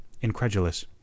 incredulous